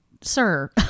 Sir